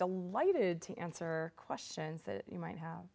delighted to answer questions that you might have